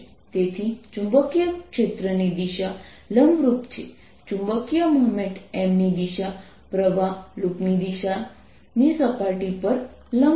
તેથી ચુંબકીયક્ષેત્રની દિશા લંબરૂપ છે ચુંબકીય મોમેન્ટ m ની દિશા પ્રવાહ લૂપની સપાટી પર લંબ છે